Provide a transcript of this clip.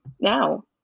now